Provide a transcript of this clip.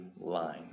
line